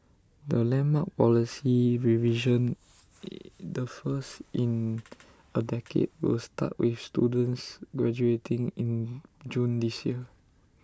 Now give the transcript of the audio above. the landmark policy revision the first in A decade will start with students graduating in June this year